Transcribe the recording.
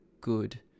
good